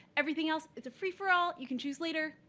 everything else is a free-for-all. you can choose later.